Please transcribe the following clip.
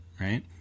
Right